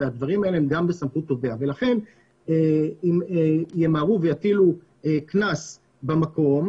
והדברים האלה הם גם בסמכות התביעה ולכן אם ימהרו ויטילו קנס במקום